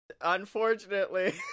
Unfortunately